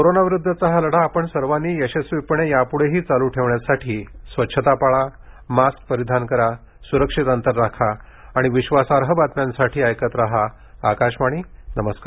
कोरोनाविरुद्धचा लढा आपण सर्वानी यशस्वीपणे यापृढेही चालू ठेवण्यासाठी स्वच्छता पाळा मास्क परिधान करा सुरक्षित अंतर राखा आणि विश्वासार्ह बातम्यांसाठी ऐकत राहा आकाशवाणी नमस्कार